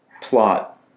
plot